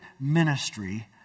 ministry